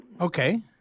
Okay